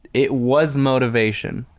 it was motivation.